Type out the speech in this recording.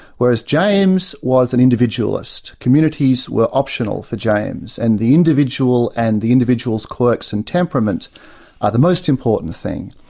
whereas james was an individualist. communities were optional for james, and the individual and the individual's quirks and temperaments are the most important thing.